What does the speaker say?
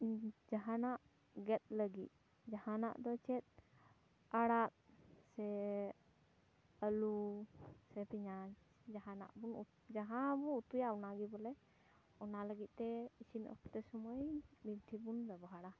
ᱡᱟᱦᱟᱱᱟᱜ ᱜᱮᱫ ᱞᱟᱹᱜᱤᱫ ᱡᱟᱦᱟᱱᱟᱜ ᱫᱚ ᱪᱮᱫ ᱟᱲᱟᱜ ᱥᱮ ᱟᱹᱞᱩ ᱥᱮ ᱯᱮᱸᱭᱟᱡᱽ ᱡᱟᱦᱟᱱᱟᱜ ᱵᱚ ᱡᱟᱦᱟᱸ ᱵᱚ ᱩᱛᱩᱭᱟ ᱚᱱᱟ ᱜᱮ ᱵᱚᱞᱮ ᱚᱱᱟ ᱞᱟᱹᱜᱤᱫ ᱛᱮ ᱤᱥᱤᱱ ᱚᱠᱛᱮ ᱥᱳᱢᱳᱭ ᱵᱤᱱᱴᱷᱤ ᱵᱚᱱ ᱵᱮᱵᱚᱦᱟᱨᱟ